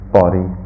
body